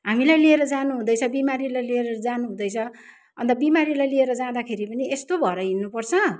हामीलाई लिएर जानुहुँदैछ बिमारीलाई लिएर जानुहुँदैछ अन्त बिमारीलाई लिएर जाँदाखेरि पनि यस्तो भएर हिँड्नुपर्छ